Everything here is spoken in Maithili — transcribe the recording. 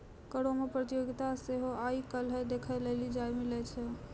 करो मे प्रतियोगिता सेहो आइ काल्हि देखै लेली मिलै छै